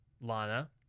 Lana